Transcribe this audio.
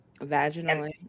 Vaginally